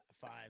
five